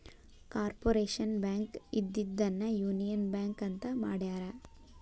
corporation bank ಇದ್ದಿದ್ದನ್ನ union bank ಅಂತ ಮಾಡ್ಯಾರ